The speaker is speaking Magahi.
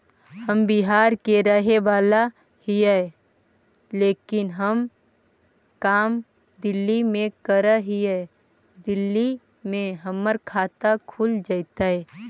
हम बिहार के रहेवाला हिय लेकिन हम काम दिल्ली में कर हिय, दिल्ली में हमर खाता खुल जैतै?